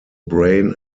brain